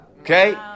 Okay